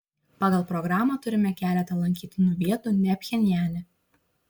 pagal programą turime keletą lankytinų vietų ne pchenjane